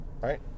right